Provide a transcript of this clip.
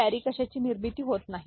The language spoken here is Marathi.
आणि कॅरी कशाची निर्मिती होत नाही